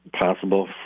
possible